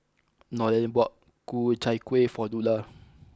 Nolen bought Ku Chai Kuih for Lula